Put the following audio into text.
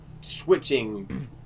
switching